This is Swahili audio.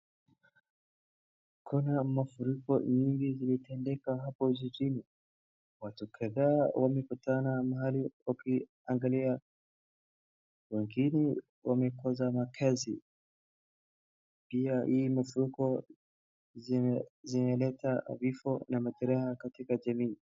Kuna mafuriko nyingi zimetendeka hapo jijini. Watu kadhaa wamepatana mahali wakiangalia, wengine wamekosa kazi. Pia hii mafuriko imeleta vifo na majeraha katika jamii.